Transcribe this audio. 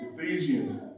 Ephesians